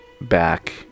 back